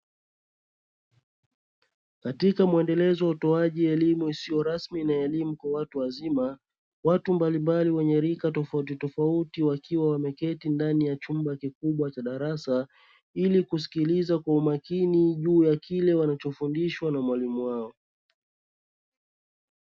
Katika mwendelezo utoaji elimu isiyo rasmi na elimu kwa watu wazima. Watu mbalimbali wenye rika tofauti tofauti wakiwa wameketi ndani ya chumba cha darasa, ili kusikiliza kwa umakini juu ya kile wanachofundishwa na mwalimu wao.